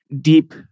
deep